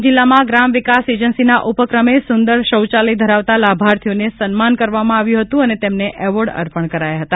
ડાંગ જિલ્લામાં ગ્રામ વિકાસ એજન્સીના ઉપક્રમે સુંદર શૌચાલય ધરાવતા લાભાર્થીઓને સન્માન કરવામાં આવ્યું હતું અને તેમને એવોર્ડ અર્પણ કરાયા હતા